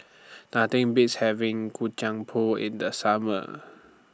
Nothing Beats having Kacang Pool in The Summer